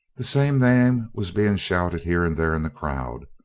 the same name was being shouted here and there in the crowd.